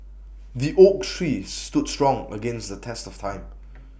the oak tree stood strong against the test of time